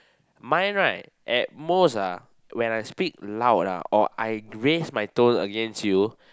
mine right at most ah when I speak loud ah or I raise my tone against you